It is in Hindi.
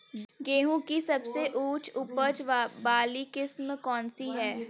गेहूँ की सबसे उच्च उपज बाली किस्म कौनसी है?